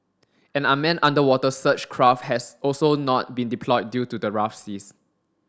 an unmanned underwater search craft has also not been deployed due to the rough seas